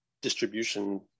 distribution